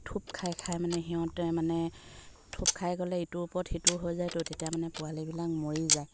থূপ খাই খাই মানে সিহঁতে মানে থূপ খাই গ'লে ইটোৰ ওপৰত সিটো হৈ যায় তো তেতিয়া মানে পোৱালিবিলাক মৰি যায়